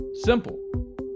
Simple